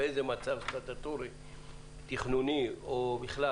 באיזה מצב סטטוטורי תכנוני או בכלל